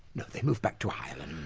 they moved back to ireland.